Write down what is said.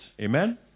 Amen